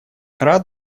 рад